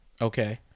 okay